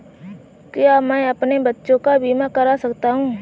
क्या मैं अपने बच्चों का बीमा करा सकता हूँ?